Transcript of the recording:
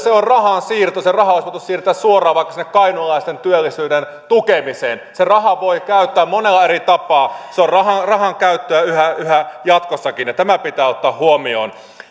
on rahansiirto se raha olisi voitu siirtää suoraan vaikka sinne kainuulaisten työllisyyden tukemiseen sen raha voi käyttää monella eri tapaa se on rahan rahan käyttöä yhä yhä jatkossakin ja tämä pitää ottaa huomioon